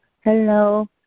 Hello